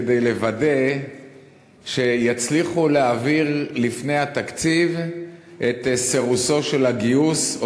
כדי לוודא שיצליחו להעביר לפני התקציב את סירוסו של הגיוס,